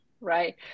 right